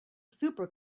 super